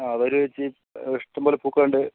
ആ വരൂ ചേച്ചി ഇഷ്ടംപ്പോലെ പൂക്കളുണ്ട്